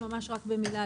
רק במילה,